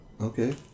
okay